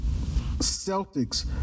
Celtics